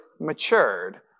matured